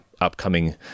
upcoming